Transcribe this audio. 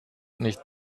nicht